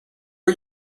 are